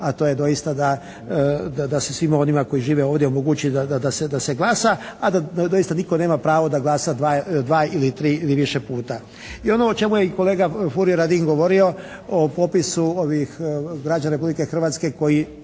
a to je doista da se svima onima koji žive ovdje omogući da se glasa, a da doista nitko nema pravo da glasa 2 ili 3 ili više puta. I ono o čemu je i kolega Furio Radin govorio o popisu građana Republike Hrvatske koji